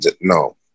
No